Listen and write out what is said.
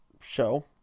show